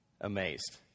Amazed